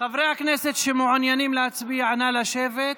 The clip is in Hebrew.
חברי הכנסת שמעוניינים להצביע, נא לשבת.